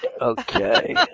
Okay